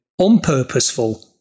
unpurposeful